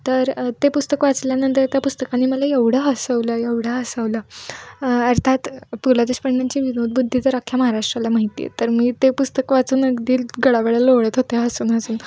तर ते पुस्तक वाचल्यानंतर त्या पुस्तकांने मला एवढं हसवलं एवढं हसवलं अर्थात पु लं देशपाडेंची विनोदबुद्धी तर अख्या महाराष्ट्राला माहिती आहे तर मी ते पुस्तक वाचून अगदी गडाबडा लोळत होते हसून हसून